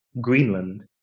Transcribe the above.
Greenland